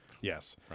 Yes